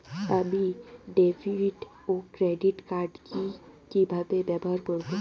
আমি ডেভিড ও credit card কি কিভাবে ব্যবহার করব?